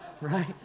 Right